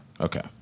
Okay